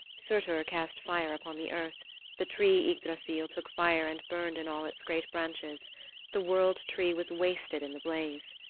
surtur cast fire upon the earth the tree ygdrassil took fire and burned in all its great branches the world tree was wasted in the blaze.